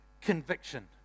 conviction